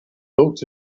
looked